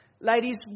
ladies